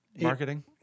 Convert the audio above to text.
marketing